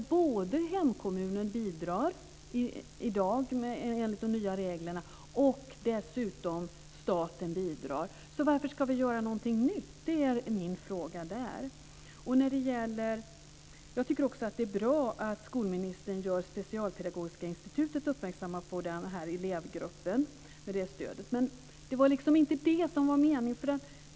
Enligt de nya reglerna bidrar hemkommunen i dag till dessa skolor. Dessutom bidrar staten till dem. Varför ska vi göra någonting nytt? Det är min fråga. Jag tycker också att det är bra att skolministern gör Specialpedagogiska institutet uppmärksamt på den här elevgruppen. Men det var liksom inte det som var meningen.